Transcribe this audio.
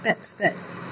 that's that